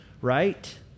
right